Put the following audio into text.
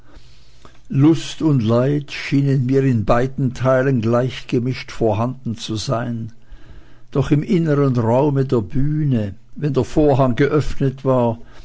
lust und leid schienen mir in beiden teilen gleich gemischt vorhanden zu sein doch im innern raume der bühne wenn der vorhang geöffnet war